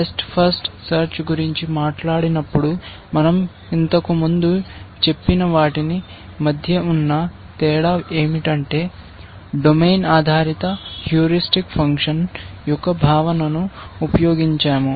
best first search గురించి మాట్లాడినప్పుడు మన০ ఇంతకు ముందు చెప్పిన వాటికి మధ్య ఉన్న తేడా ఏమిటంటే డొమైన్ ఆధారిత హ్యూరిస్టిక్ ఫంక్షన్ యొక్క భావనను ఉపయోగించాము